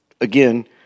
again